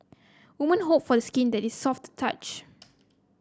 women hope for the skin that is soft to touch